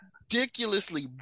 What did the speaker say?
ridiculously